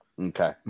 Okay